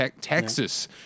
Texas